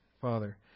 Father